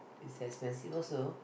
it's expensive also